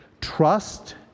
trust